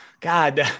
God